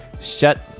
shut